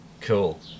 Cool